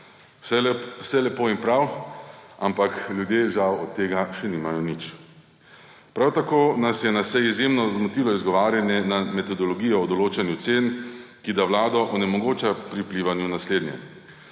Vse lepo in prav, ampak ljudje žal od tega še nimajo nič. Prav tako nas je na seji izjemno zmotilo izgovarjanje na metodologijo o določanju cen, ki da vlado onemogoča pri vplivanju na slednje.